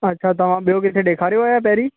अछा तव्हां ॿियो किथे ॾिखारियो आहे छा पहिरीं